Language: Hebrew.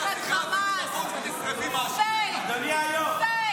--- אדוני היושב-ראש,